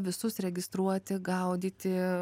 visus registruoti gaudyti